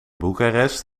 bucharest